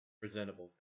presentable